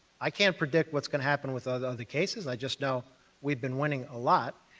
i can't predict what's going to happen with ah the other cases, i just know we've been winning a lot,